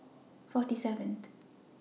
forty seven th